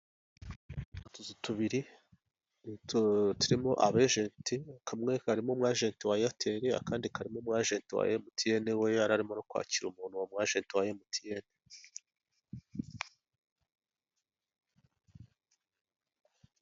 Utuzu tubiri turimo abajeti, kamwe karimo umwajeti wa eyateri akandi karimo umwajeti wa emutiyeni we yari arimo kwakira umuntuuwo mwajeti wa emutiyeni.